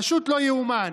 פשוט לא יאומן.